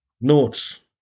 notes